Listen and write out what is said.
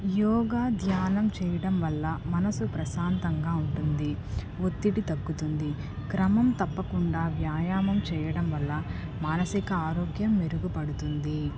యోగా ధ్యానం చేయడం వల్ల మనసు ప్రశాంతంగా ఉంటుంది ఒత్తిడి తగ్గుతుంది క్రమం తప్పకుండా వ్యాయామం చేయడం వల్ల మానసిక ఆరోగ్యం మెరుగుపడుతుంది